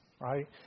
right